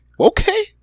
Okay